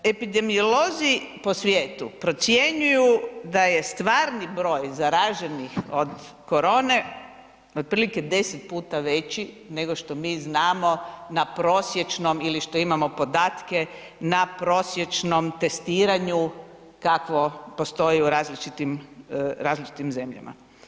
Epidemiolozi po svijetu procjenjuju da je stvarni broj zaraženih od korone otprilike 10 puta veći nego što mi znamo na prosječnom ili što imamo podatke, na prosječnom testiranju kakvo postoji u različitim zemljama.